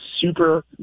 Super